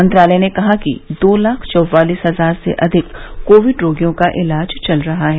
मंत्रालय ने कहा कि दो लाख चौवालीस हजार से अधिक कोविड रोगियों का इलाज चल रहा है